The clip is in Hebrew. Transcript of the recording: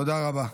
תודה רבה.